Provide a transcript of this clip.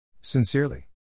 Sincerely